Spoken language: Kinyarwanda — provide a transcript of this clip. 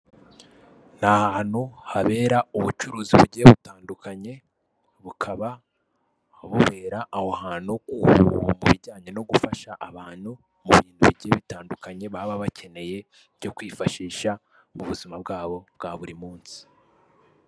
Ni ahantu habera ubucuruzi bugiye butandukanye bukaba bubera aho hantu, ubu mu bijyanye no gufasha abantu mu bintu bigiye bitandukanye baba bakeneye byo kwifashisha mu buzima bwabo bwa buri munsi.